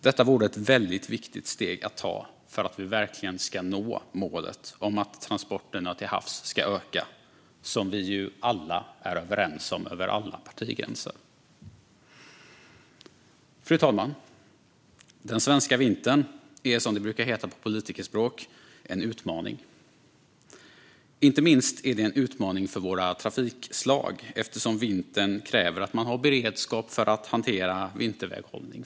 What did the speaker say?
Detta vore ett väldigt viktigt steg att ta för att vi verkligen ska nå målet om att transporterna till havs ska öka, något som vi är överens om över alla partigränser. Fru talman! Den svenska vintern är, som det brukar heta på politikerspråk, en utmaning. Inte minst är det en utmaning för våra olika trafikslag, eftersom vintern kräver att man har beredskap för att hantera vinterväghållning.